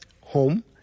Home